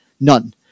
none